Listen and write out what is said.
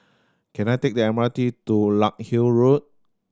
can I take the M R T to Larkhill Road